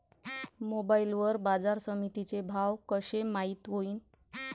Mobile वर बाजारसमिती चे भाव कशे माईत होईन?